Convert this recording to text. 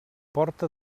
porta